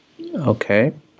Okay